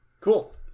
Cool